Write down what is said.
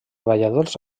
balladors